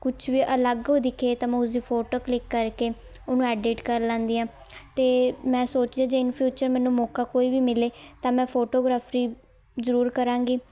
ਕੁਛ ਵੀ ਅਲੱਗ ਦਿਖੇ ਤਾਂ ਮੈਂ ਉਸਦੀ ਫੋਟੋ ਕਲਿੱਕ ਕਰਕੇ ਉਹਨੂੰ ਐਡਿਟ ਕਰ ਲੈਂਦੀ ਹਾਂ ਅਤੇ ਮੈਂ ਸੋਚਿਆ ਜੇ ਇੰਨ ਫਿਊਚਰ ਮੈਨੂੰ ਮੌਕਾ ਕੋਈ ਵੀ ਮਿਲੇ ਤਾਂ ਮੈਂ ਫੋਟੋਗ੍ਰਾਫਰੀ ਜ਼ਰੂਰ ਕਰਾਂਗੀ